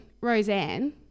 Roseanne